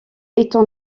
étant